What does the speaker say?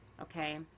Okay